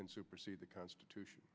can supersede the constitution